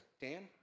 Dan